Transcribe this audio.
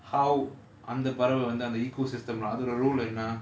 how அந்த பறவை வந்து அந்த:antha paravai vanthu antha ecosystem lah அதோட:athoda role என்ன:enna